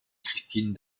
christine